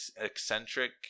eccentric